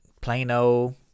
Plano